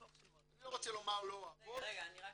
אני לא רוצה לומר לא אוהבות -- רגע, אני רק